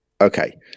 Okay